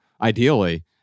ideally